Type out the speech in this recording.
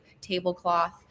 tablecloth